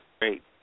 great